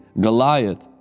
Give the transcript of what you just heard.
Goliath